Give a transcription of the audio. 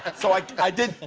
and so like i did,